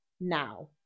Now